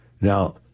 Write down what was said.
Now